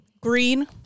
green